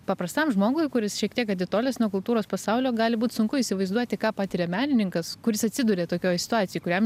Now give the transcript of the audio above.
paprastam žmogui kuris šiek tiek atitolęs nuo kultūros pasaulio gali būt sunku įsivaizduoti ką patiria menininkas kuris atsiduria tokioj situacijoj kuriam